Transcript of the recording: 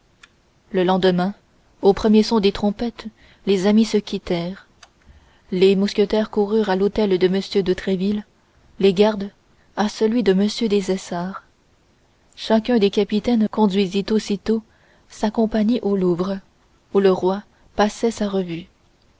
le lendemain au premier son des trompettes les amis se quittèrent les mousquetaires coururent à l'hôtel de m de tréville les gardes à celui de m des essarts chacun des capitaines conduisit aussitôt sa compagnie au louvre où le roi passait sa revue